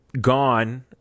gone